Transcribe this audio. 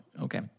Okay